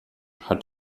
hat